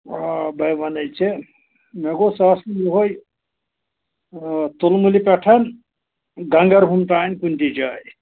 آ بٕے وَنے ژےٚ مےٚ گوٚژھ آسُن یِہَے تُلمُلہِ پٮ۪ٹھ گگرہوٗم تانۍ کُنہِ تہِ جایہِ